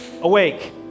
Awake